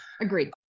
Agreed